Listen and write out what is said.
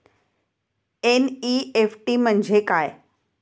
NEFT म्हणजे काय?